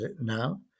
now